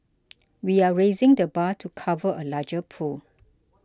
we are raising the bar to cover a larger pool